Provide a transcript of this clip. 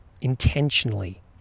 intentionally